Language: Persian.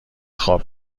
خواب